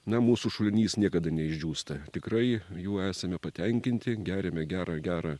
na mūsų šulinys niekada neišdžiūsta tikrai juo esame patenkinti geriame gerą gerą